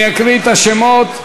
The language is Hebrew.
אני אקריא את השמות.